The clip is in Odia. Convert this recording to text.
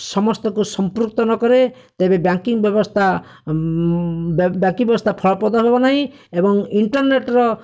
ସମସ୍ତଙ୍କୁ ସମ୍ପୃକ୍ତ ନକରେ ତେବେ ବ୍ୟାଙ୍କିଙ୍ଗ ବ୍ୟବସ୍ଥା ବ୍ୟାଙ୍କିଙ୍ଗ ବ୍ୟବସ୍ଥା ଫଳପ୍ରଦ ହେବ ନାହିଁ ଏବଂ ଇଣ୍ଟର୍ନେଟର